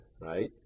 right